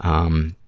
um,